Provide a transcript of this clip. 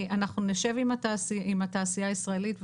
אנחנו נשב עם התעשייה הישראלית.